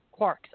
Quarks